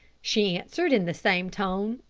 she answered in the same tone.